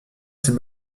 ces